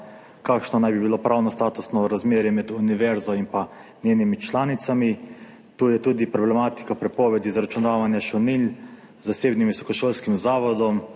kakšno naj bi bilo pravno statusno razmerje med univerzo in pa njenimi članicami. Tu je tudi problematika prepovedi zaračunavanja šolnin zasebnim visokošolskim zavodom.